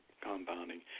compounding